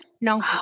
No